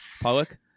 Pollock